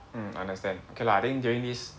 mm understand okay lah I think during this